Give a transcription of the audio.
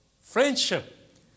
friendship